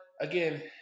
again